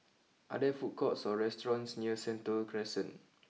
are there food courts or restaurants near Sentul Crescent